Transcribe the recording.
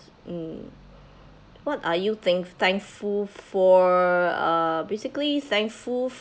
mm what are you think~ thankful for uh basically thankful